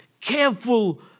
careful